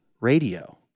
Radio